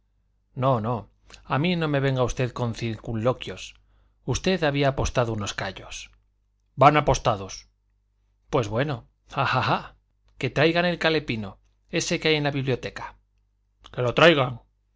no no a mí no me venga usted con circunloquios usted había apostado unos callos van apostados pues bueno ajajá que traigan el calepino ese que hay en la biblioteca que lo traigan